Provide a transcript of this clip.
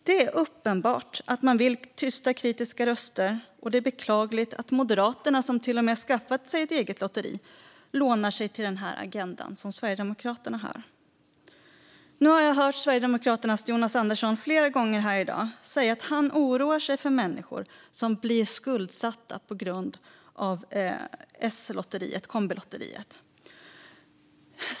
Det är uppenbart att man vill tysta kritiska röster. Det är beklagligt att Moderaterna, som till och med skaffat sig ett eget lotteri, lånar sig till Sverigedemokraternas agenda. Jag har flera gånger i dag hört Sverigedemokraternas Jonas Andersson säga att han oroar sig för människor som blir skuldsatta på grund av Slotteriet, Kombilotteriet.